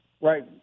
right